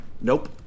Nope